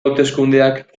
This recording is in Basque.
hauteskundeak